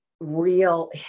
real